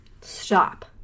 stop